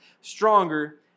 stronger